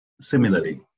Similarly